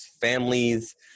families